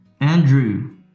Andrew